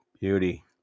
Beauty